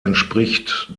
entspricht